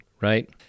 right